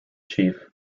chief